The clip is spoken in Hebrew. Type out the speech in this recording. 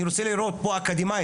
אני רוצה לראות פה אקדמאים.